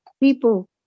people